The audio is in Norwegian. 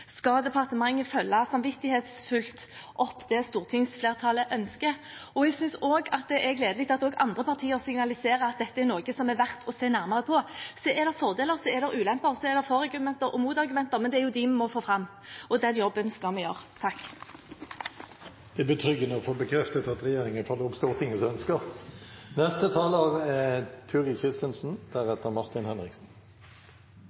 skal departementet samvittighetsfullt følge opp det stortingsflertallet ønsker. Jeg synes også det er gledelig at også andre partier signaliserer at dette er noe som er verd å se nærmere på. Så er det fordeler, så er det ulemper, så er det for-argumenter og mot-argumenter – men det er jo dem vi må få fram, og den jobben skal vi gjøre. Det er betryggende å få bekreftet at regjeringen følger opp Stortingets ønsker. Det er